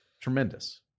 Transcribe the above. tremendous